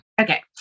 Okay